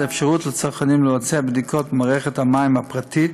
את האפשרות לצרכנים לבצע בדיקות במערכת המים הפרטית,